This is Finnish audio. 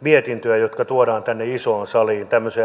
mietintöjä jotka tuodaan tänne isoon saliin tämmöiseen rakentavaan keskusteluun